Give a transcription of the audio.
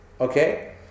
okay